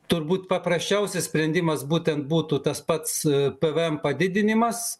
turbūt paprasčiausias sprendimas būtent būtų tas pats pvm padidinimas